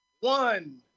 one